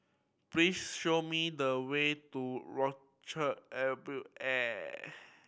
please show me the way to Orchard Air Bel Air